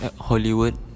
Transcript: Hollywood